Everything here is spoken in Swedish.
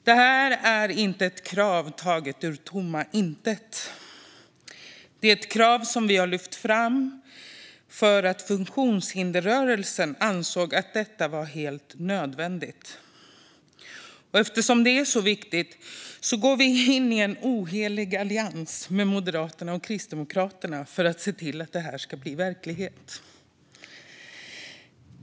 Detta krav kommer inte ur tomma intet, utan det är ett krav som vi har lyft fram för att funktionshindersrörelsen ansåg att det var helt nödvändigt. Eftersom detta är så viktigt går vi in i en ohelig allians med Moderaterna och Kristdemokraterna för att se till att det här blir verklighet.